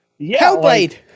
Hellblade